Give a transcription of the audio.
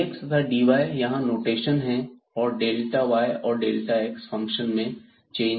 dx तथा dy यहां notation हैं yऔर x फंक्शन में चेंज को बताता है